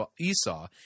Esau